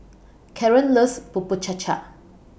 Karon loves Bubur Cha Cha